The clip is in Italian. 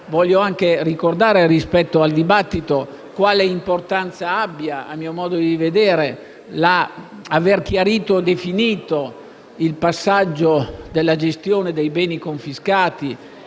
voglio anche ricordare rispetto al dibattito quale importanza abbia, a mio modo di vedere, aver definito il passaggio della gestione dei beni confiscati